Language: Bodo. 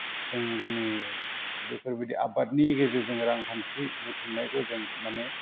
जों दिनै बेफोरबायदि आबादनि गेजेरजों रांखान्थि बुथुमनायखौ जों माने